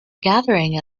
gathering